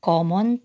Common